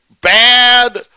bad